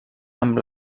amb